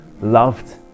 loved